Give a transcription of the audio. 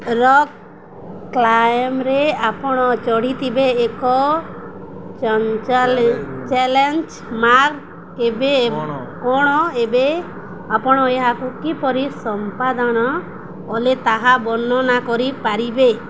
rock କ୍ଲାଇମ୍ବିଂରେ ଆପଣ ଚଢ଼ିଥିବେ ଏକ ଚ୍ୟାଲେଞ୍ଜ ମାର୍କ୍ କେବେ କ'ଣ ଏବେ ଆପଣ ଏହାକୁ କିପରି ସମ୍ପାଦାନ କଲେ ତାହା ବର୍ଣ୍ଣନା କରିପାରିବେ